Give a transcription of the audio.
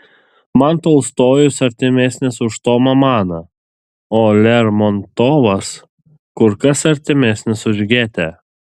man tolstojus artimesnis už tomą maną o lermontovas kur kas artimesnis už gėtę